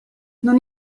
non